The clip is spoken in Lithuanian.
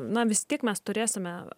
na vis tiek mes turėsime